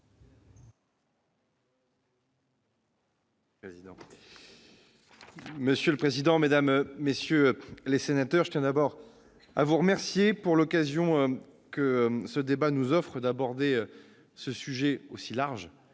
Monsieur le président, mesdames, messieurs les sénateurs, je tiens d'abord à vous remercier pour l'occasion que ce débat nous offre d'aborder ce vaste sujet